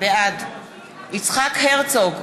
בעד יצחק הרצוג,